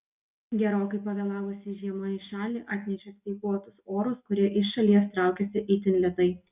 gerokai pavėlavusi žiema į šalį atnešė speiguotus orus kurie iš šalies traukiasi itin lėtai